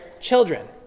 children